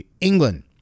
England